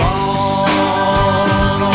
on